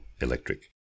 electric